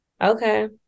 Okay